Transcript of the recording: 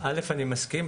ראשית, אני מסכים.